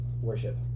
worship